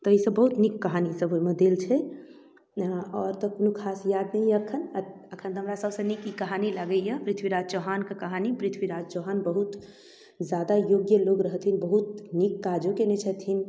तऽ ई सब बहुत नीक कहानी सब ओइमे देल छै जेना आओर सब कोनो खास याद नहि यऽ एखन एखन हमरा सबसँ नीक ई कहानी लगैयऽ पृथ्वीराज चौहानके कहानी पृथ्वीराज चौहान बहुत जादा योग्य लोक रहथिन बहुत नीक काजो कयने छथिन